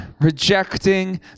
rejecting